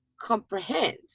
comprehend